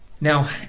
Now